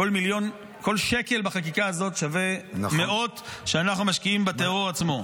כל שקל בחקיקה הזאת שווה מאות שאנחנו משקיעים בטרור עצמו.